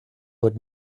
but